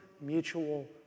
mutual